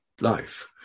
life